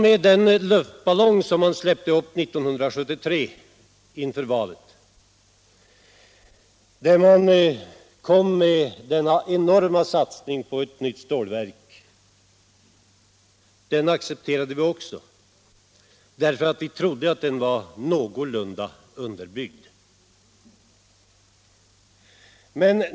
Inför valet 1973 släppte man upp en luftballong: den enorma satsningen på ett nytt stålverk. T. o. m. det accepterade vi, eftersom vi trodde att förslaget var någorlunda väl underbyggt.